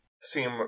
seem